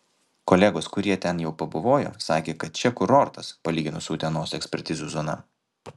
kolegos kurie ten jau pabuvojo sakė kad čia kurortas palyginus su utenos ekspertizių zona